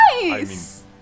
nice